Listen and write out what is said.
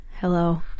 Hello